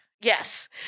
yes